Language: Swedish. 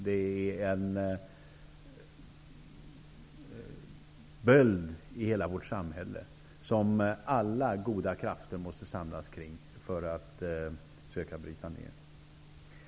Det handlar om en böld i vårt samhälle som alla goda krafter måste samlas kring för att försöka bryta ner.